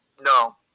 No